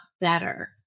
better